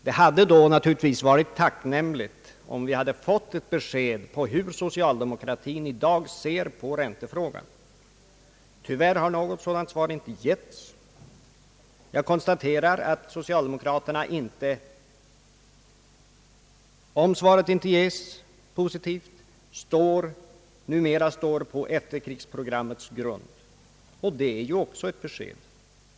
Det hade då naturligtvis varit tacknämligt om vi hade fått ett besked om hur socialdemokratin i dag ser på räntefrågan. Tyvärr har något sådant svar inte getts. Jag konstaterar att socialdemokraterna, om ett positivt svar inte ges, numera gått ifrån efterkrigsprogrammets grund. Det är ju också ett besked.